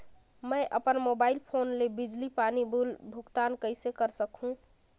मैं अपन mobile phone ले बिजली पानी बिल भुगतान कइसे कर सकहुं?